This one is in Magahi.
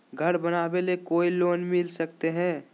घर बनावे ले कोई लोनमिल सकले है?